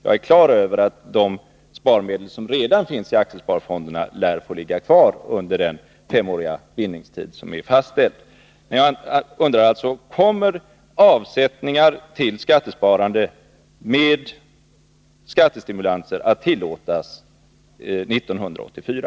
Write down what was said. Jag är på det klara med att de sparmedel som redan finns i aktiesparfonderna lär få ligga kvar under den femåriga bindningstid som är fastställd. Jag undrar alltså: Kommer avsättningar till skattesparande med skattestimulanser att tillåtas 1984?